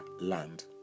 land